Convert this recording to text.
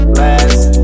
last